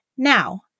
Now